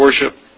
worship